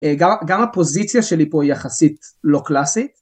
גם הפוזיציה שלי פה היא יחסית לא קלאסית.